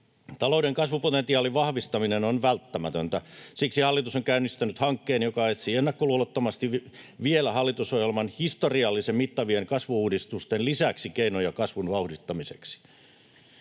Talouden kasvupotentiaalin vahvistaminen on välttämätöntä. Siksi hallitus on käynnistänyt hankkeen, joka etsii ennakkoluulottomasti vielä hallitusohjelman historiallisen mittavien kasvu-uudistusten lisäksi keinoja kasvun vauhdittamiseksi.